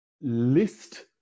list